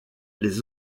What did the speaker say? les